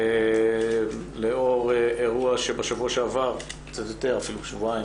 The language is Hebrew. לאור אירוע שלפני שבועיים